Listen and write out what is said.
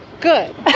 Good